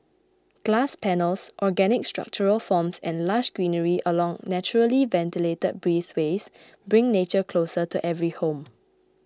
glass panels organic structural forms and lush greenery along naturally ventilated breezeways bring nature closer to every home